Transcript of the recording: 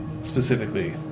specifically